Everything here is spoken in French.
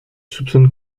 soupçonnes